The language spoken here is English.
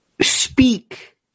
speak